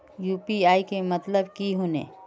UPI के मतलब की होने?